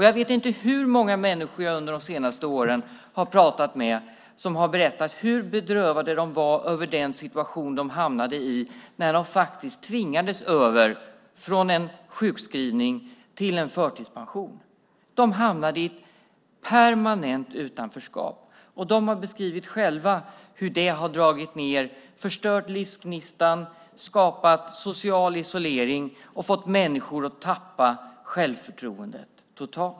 Jag vet inte hur många människor jag har pratat med under de senaste åren som har berättat hur bedrövade de var över den situation de hamnade i när de tvingades över från en sjukskrivning till en förtidspension. De hamnade i ett permanent utanförskap. De har själva beskrivit hur det har förstört livsgnistan, skapat social isolering och fått dem att helt tappa självförtroendet.